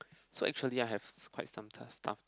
so actually I have quite task stuff